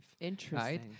Interesting